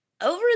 over